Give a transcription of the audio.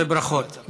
ברכות.